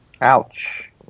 ouch